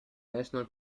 national